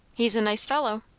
he's a nice fellow.